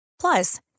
Plus